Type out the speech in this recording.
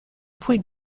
puis